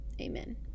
amen